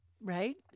right